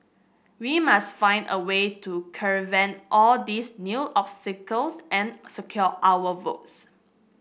we must find a way to circumvent all these new obstacles and secure our votes